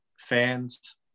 fans